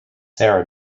sarah